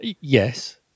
Yes